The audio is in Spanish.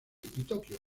tokio